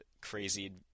crazy